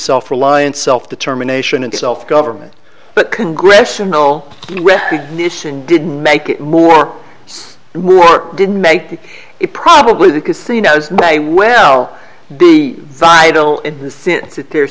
self reliance self determination and self government but congressional recognition didn't make it more and worked didn't make it probably the casinos may well be vital in the sense that they're